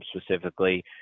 specifically